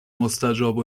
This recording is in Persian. مستجاب